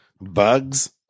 Bugs